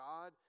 God